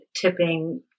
tipping